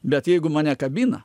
bet jeigu mane kabina